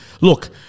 look